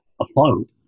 afloat